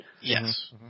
Yes